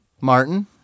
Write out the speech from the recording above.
Martin